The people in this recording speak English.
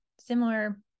similar